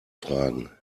fragen